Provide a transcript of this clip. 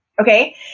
Okay